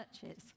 churches